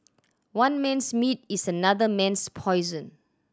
one man's meat is another man's poison